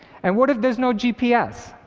and what if there's no gps?